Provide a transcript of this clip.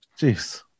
Jeez